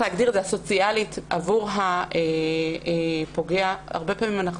הסוציאלית עבור הפוגע הרבה פעמים אנחנו